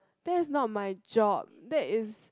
that is not my job that is